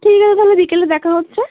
ঠিক আছে তাহলে বিকেলে দেখা হচ্ছে